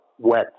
wet